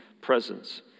presence